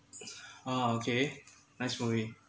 okay nice movie